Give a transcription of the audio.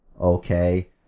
Okay